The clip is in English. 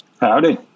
Howdy